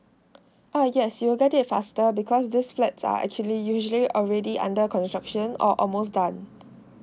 oh yes you get it faster because this flats are actually usually already under construction or almost done